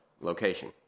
location